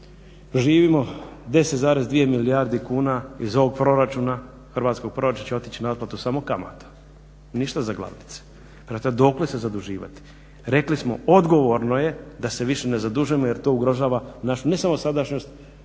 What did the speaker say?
živimo 10,2 milijarde kuna iz ovog proračuna, hrvatskog proračuna će otići na otplatu samo kamata, ništa za glavnice. Prema tome, dokle se zaduživati. Rekli smo odgovorno je da se više ne zadužujemo jer to ugrožava našu ne samo sadašnjost,